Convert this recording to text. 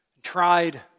tried